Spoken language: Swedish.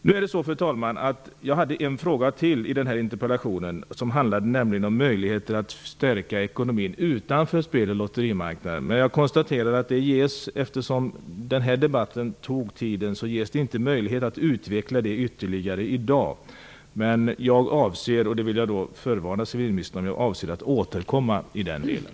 Jag hade, fru talman, en fråga till i den här interpellationen, en fråga som gällde möjligheten att stärka ekonomin utanför spel och lotterimarknaden. Men eftersom hela debattiden redan har använts konstaterar jag att det inte finns möjlighet att utveckla denna fråga ytterligare i dag. Jag vill nu ändå förvarna civilministern om att jag avser att återkomma i den delen.